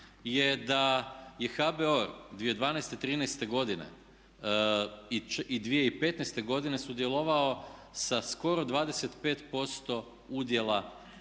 je da je HBOR 2012., 2013. godine i 2015. godine sudjelovao sa skoro 25% udjela